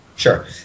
Sure